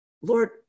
Lord